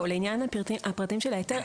לעניין פרטי ההיתר,